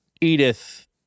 edith